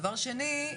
דבר שני,